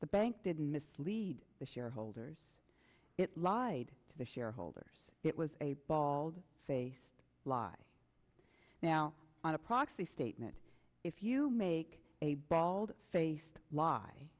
the bank did mislead the shareholders it lied to the shareholders it was a bald faced lie now on a proxy statement if you make a bald faced